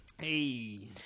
Hey